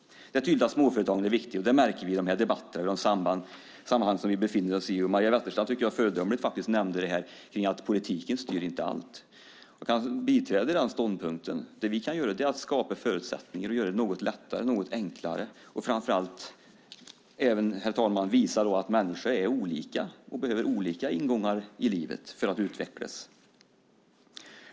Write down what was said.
Det är tydligt att småföretagen är viktiga. Det märker vi i dessa debatter och i andra sammanhang som vi befinner oss i. Maria Wetterstrand nämnde föredömligt att politiken inte styr allt. Jag kan biträda henne i den ståndpunkten. Vi kan skapa förutsättningar och göra det något lättare och enklare. Vi kan, herr talman, visa att människor är olika och behöver olika ingångar i livet för att utvecklas.